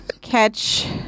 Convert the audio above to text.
catch